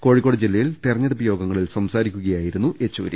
കോഴിക്കോട് ജില്ലയിൽ തെരഞ്ഞെടുപ്പ് യോഗങ്ങളിൽ സംസാരിക്കുകയായിരുന്നു യെച്ചൂരി